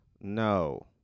No